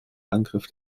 angriff